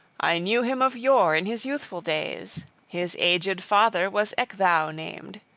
i knew him of yore in his youthful days his aged father was ecgtheow named,